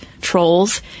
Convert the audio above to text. trolls